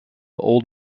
old